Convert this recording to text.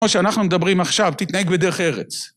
כמו שאנחנו מדברים עכשיו, תתנהג בדרך ארץ.